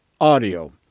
Audio